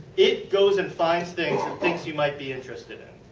it goes and finds things it thinks you might be interested in.